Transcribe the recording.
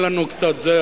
תן לנו קצת זה,